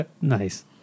Nice